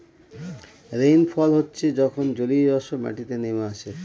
rainfall হচ্ছে যখন জলীয়বাষ্প মাটিতে নেমে আসে